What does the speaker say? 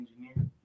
engineer